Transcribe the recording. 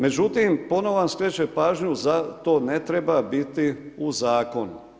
Međutim, ponovno vam skrećem pažnju zar to ne treba biti u zakonu.